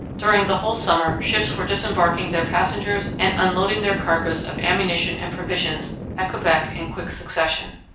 during the whole summer ships were disembarking their passengers and unloading their cargoes of ammunition and provisions at quebec in quick succession.